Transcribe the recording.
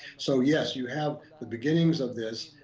so yes, you have the beginnings of this.